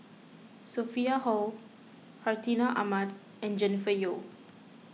Sophia Hull Hartinah Ahmad and Jennifer Yeo